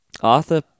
Arthur